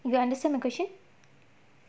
you understand my question